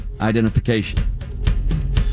identification